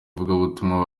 ivugabutumwa